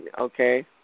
okay